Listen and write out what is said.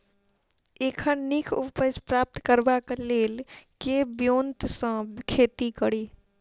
एखन नीक उपज प्राप्त करबाक लेल केँ ब्योंत सऽ खेती कड़ी?